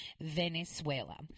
Venezuela